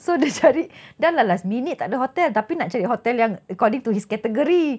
so dia cari dah lah last minute tak ada hotel tapi nak cari hotel yang according to his category